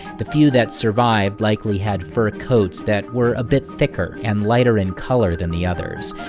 the few that survived likely had fur coats that were a bit thicker, and lighter in color than the others.